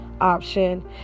option